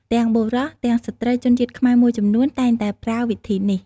ទាំងបុរស ទាំងស្ត្រីជនជាតិខ្មែរមួយចំនួនតែងតែប្រើវិធីនេះ។